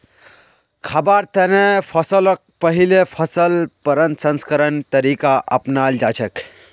खाबार तने फसलक पहिले फसल प्रसंस्करण तरीका अपनाल जाछेक